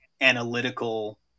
analytical